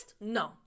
No